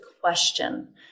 question